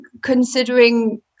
considering